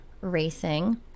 racing